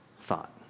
thought